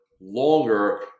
longer